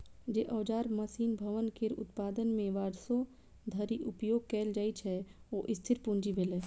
जे औजार, मशीन, भवन केर उत्पादन मे वर्षों धरि उपयोग कैल जाइ छै, ओ स्थिर पूंजी भेलै